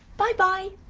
bye bye.